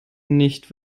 nicht